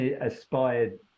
aspired